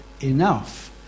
enough